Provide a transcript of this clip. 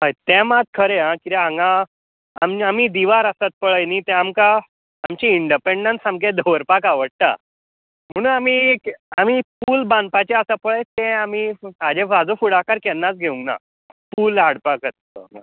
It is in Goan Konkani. हय ते मात खरें हां किदें हांगा आमी आमी दिवार आसात पळय न्ही तें आमकां आमचें इंडपॅन्डन्स सामकें दवरपाक आवडटा म्हणू आमी आमी एक पूल बांदपाचें आसा पळय तें आमी हाजें हाचो फुडाकार केन्नाच घेऊंक ना पूल हाडपा खातीरचो